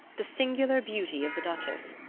the singular beauty of the duchess,